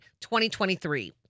2023